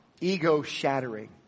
ego-shattering